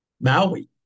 Maui